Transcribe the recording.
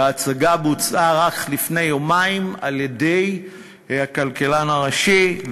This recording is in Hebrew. ההצגה בוצעה רק לפני יומיים על-ידי הכלכלן הראשי,